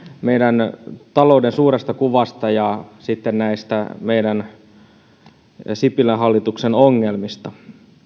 meidän taloutemme suuresta kuvasta ja sitten näistä sipilän hallituksen ongelmista